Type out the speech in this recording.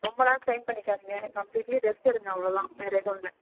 ரொம்பலாம் ஸ்ட்ரெய்ன் பண்ணிக்காதிங்க completely rest எடுங்க அவ்வளோ தான் வேறு எதுவும் இல்லை